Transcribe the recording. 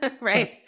Right